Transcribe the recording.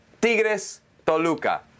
Tigres-Toluca